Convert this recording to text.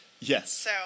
Yes